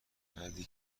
مردی